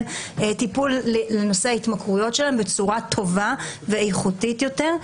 טיפול לנושא ההתמכרויות שלהם בצורה טובה ואיכותית יותר.